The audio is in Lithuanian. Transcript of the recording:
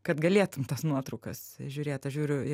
kad galėtum į tas nuotraukas žiūrėt aš žiūriu į